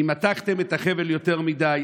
כי מתחתם את החבל יותר מדי.